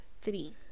three